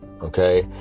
Okay